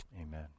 Amen